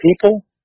people